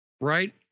right